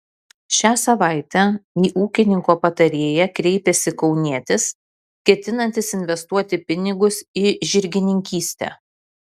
šią savaitę į ūkininko patarėją kreipėsi kaunietis ketinantis investuoti pinigus į žirgininkystę